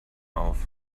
auf